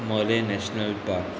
Mollem national park